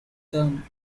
term